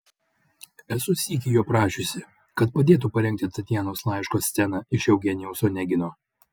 esu sykį jo prašiusi kad padėtų parengti tatjanos laiško sceną iš eugenijaus onegino